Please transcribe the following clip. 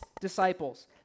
disciples